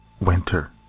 winter